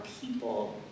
people